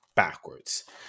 Backwards